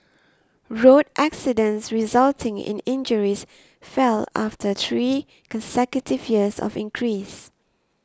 road accidents resulting in injuries fell after three consecutive years of increase